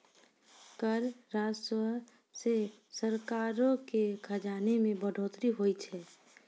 कर राजस्व से सरकारो के खजाना मे बढ़ोतरी होय छै